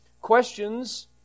Questions